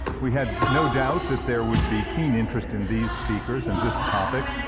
we had no doubt that there would be keen interest in these speakers, and this topic.